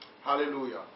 Hallelujah